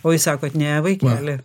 o jūs sakot ne vaikeli